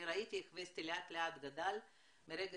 אני ראיתי איך וסטי לאט לאט גדל מרגע